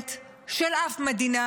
פרלמנט של אף מדינה,